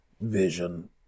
vision